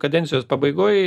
kadencijos pabaigoj